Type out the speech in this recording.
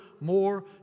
more